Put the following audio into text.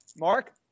Mark